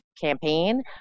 campaign